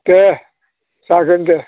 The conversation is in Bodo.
दे जागोन दे